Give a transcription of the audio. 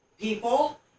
people